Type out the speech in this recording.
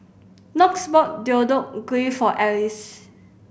Knox bought Deodeok Gui for Alys